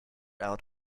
out